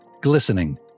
glistening